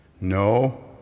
No